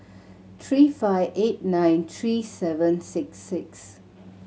three five eight nine three seven six six